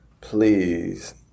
please